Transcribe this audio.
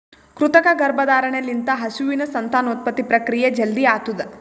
ಕೃತಕ ಗರ್ಭಧಾರಣೆ ಲಿಂತ ಹಸುವಿನ ಸಂತಾನೋತ್ಪತ್ತಿ ಪ್ರಕ್ರಿಯೆ ಜಲ್ದಿ ಆತುದ್